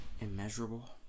Immeasurable